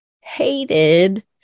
hated